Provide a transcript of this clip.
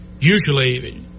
Usually